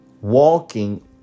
walking